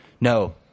No